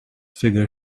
figure